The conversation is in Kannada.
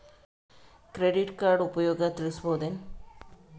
ಕ್ರೆಡಿಟ್ ಕಾರ್ಡ್ ಉಪಯೋಗ ತಿಳಸಬಹುದೇನು?